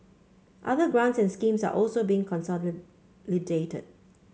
other grants and schemes are also being consolidated